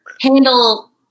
handle